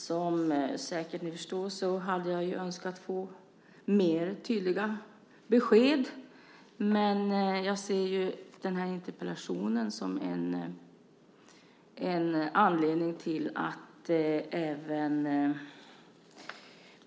Som ni säkert förstår hade jag önskat få tydligare besked, men jag ser interpellationen som ett tillfälle att även